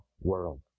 world